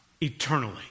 eternally